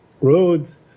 roads